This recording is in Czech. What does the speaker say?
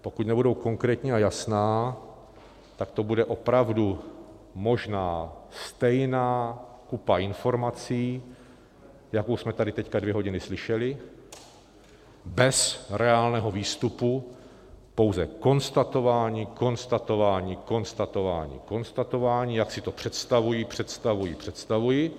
Pokud nebudou konkrétní a jasná, tak to bude opravdu možná stejná kupa informací, jakou jsme tady teď dvě hodiny slyšeli, bez reálného výstupu, pouze konstatování, konstatování, konstatování, konstatování, jak si to představují, představují, představují.